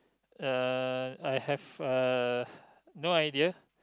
uh I have uh no idea